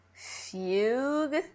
Fugue